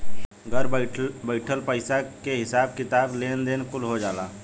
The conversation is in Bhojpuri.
घर बइठल पईसा के हिसाब किताब, लेन देन कुल हो जाला